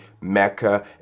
Mecca